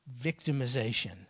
victimization